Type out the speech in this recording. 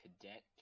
Cadet